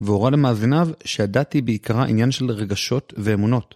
והורה למאזיניו שהדת היא בעיקרה עניין של רגשות ואמונות.